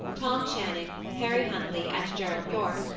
tom channing, harry huntley, and gerald yorke,